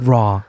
Raw